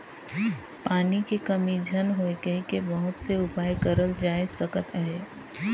पानी के कमी झन होए कहिके बहुत से उपाय करल जाए सकत अहे